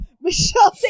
Michelle